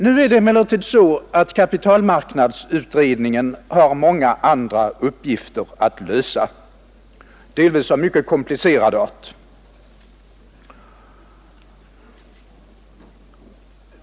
Nu har emellertid kapitalmarknadsutredningen många andra uppgifter än denna att lösa, delvis av mycket komplicerad art.